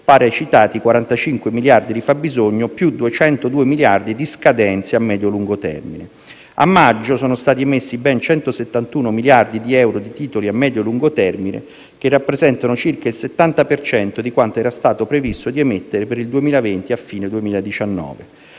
pari ai citati 45 miliardi di fabbisogno, più 202 miliardi di scadenze a medio-lungo termine. A maggio sono stati emessi ben 171 miliardi di euro di titoli a medio-lungo termine, che rappresentano circa il 70 per cento di quanto era stato previsto di emettere per il 2020 a fine 2019.